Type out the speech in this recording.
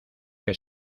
que